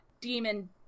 demon